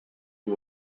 you